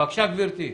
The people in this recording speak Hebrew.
תודה.